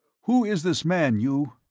who is this man, you?